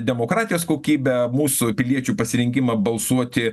demokratijos kokybę mūsų piliečių pasirinkimą balsuoti